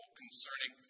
concerning